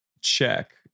check